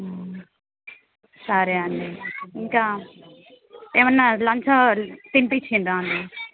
సరే అండి ఇంకా ఏమన్నా లంచ్ అవర్ తినిపించిండ్రా అండి